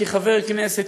כחבר כנסת,